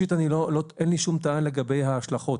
אין לי שום טענה לגבי ההשלכות,